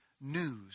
news